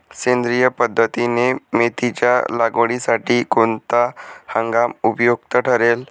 सेंद्रिय पद्धतीने मेथीच्या लागवडीसाठी कोणता हंगाम उपयुक्त ठरेल?